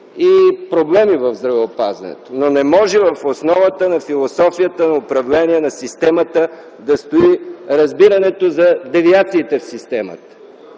и проблеми в здравеопазването, но не може в основата на философията на управление на системата да стои разбирането за девиациите в системата.